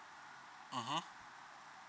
mmhmm